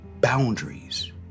boundaries